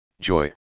joy